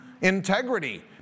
integrity